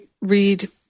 read